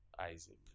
Isaac